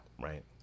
right